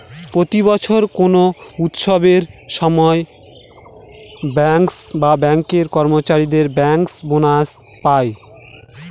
প্রতি বছর কোনো উৎসবের সময় ব্যাঙ্কার্স বা ব্যাঙ্কের কর্মচারীরা ব্যাঙ্কার্স বোনাস পায়